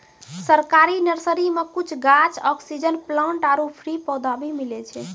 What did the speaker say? सरकारी नर्सरी मॅ कुछ गाछ, ऑक्सीजन प्लांट आरो फ्री पौधा भी मिलै छै